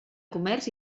comerç